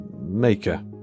maker